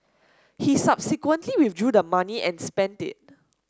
he subsequently withdrew the money and spent it